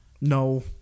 No